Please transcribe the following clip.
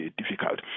difficult